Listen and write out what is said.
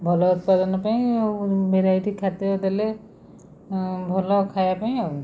ଭଲ ଉତ୍ପାଦନ ପାଇଁ ଆଉ ଭେରାଇଟି ଖାଦ୍ୟ ଦେଲେ ଭଲ ଖାଇବା ପାଇଁ ଆଉ